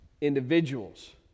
individuals